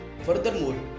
Furthermore